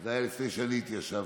זה היה לפני שאני התיישבתי,